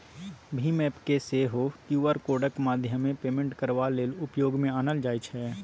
भीम app केँ सेहो Q R कोडक माध्यमेँ पेमेन्ट करबा लेल उपयोग मे आनल जाइ छै